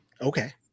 Okay